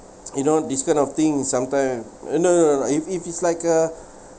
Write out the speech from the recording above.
you know this kind of thing sometime ah no no no no if it is like a